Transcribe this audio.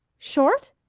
short?